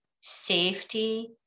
safety